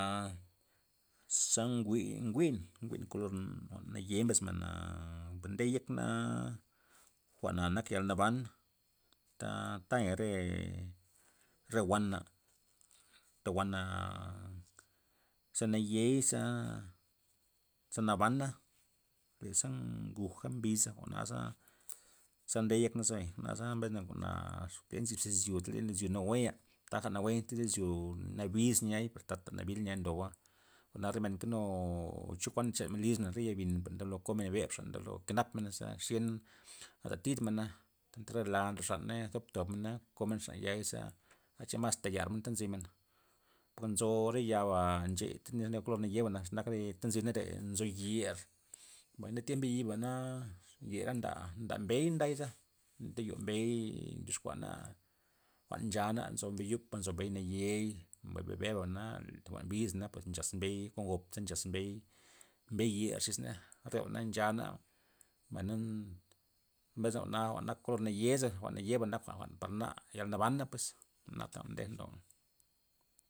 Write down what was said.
A xa njwi'-njwi'n njwi'n kolor jwa'n naye mbes mena, per nde yekna jwa'na nak yal naban ta- tayea re re wana ta wana, ze nayeiza naza nabana per zi nguja mbiza jwa'naza ze nde yekna zebay jwa'na mbesna jwa'na ax nzy xis izyo xis izyo nawuenya taja nawue niay iz izyo nabis niay taja nabil niay ndoba, jwa'na re men nkenu chokuan nxenmen lismen re yabin komen beb xaney o kenap menaza ze xiena na tatid mena entre la nzo xaney tob tobmena kon xan yaiza asta che mas tar yal ta nzymen pues nzo re ya'ba ncheya re kolor naye xenak re ta nziba nzo yer, mbay tiemp mbe yiba na yera nda- nda mbey ndaza, nde yo mbey ndyoxkuana jwa'n nchana nzo mbey yupa nzo mbey naye', mbay mbe be be'bana jwa'n biza na ze nchaz mbey kon gop nchaz mbey mbey yer xis ney re jwa'na nchana mbay na mbesna jwa'na nak kolor naye' jwa'n nayeba nak jwa'n par na yalnaban pues jwa'nata jwa'n tejna loo'.